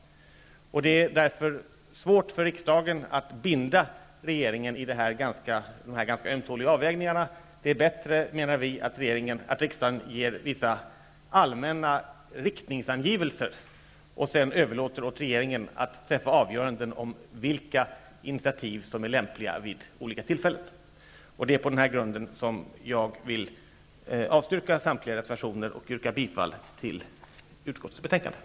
Därför är det svårt för riksdagen att binda regeringen i dessa ganska ömtåliga avvägningar. Vi menar att det är bättre att riksdagen ger vissa allmänna riktningsangivelser och sedan överlåter åt regeringen att träffa avgöranden om vilka initiativ som är lämpliga vid olika tillfällen. Det är på den grunden som jag vill avstyrka samtliga reservationer och yrka bifall till hemställan i utskottets betänkande.